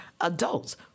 adults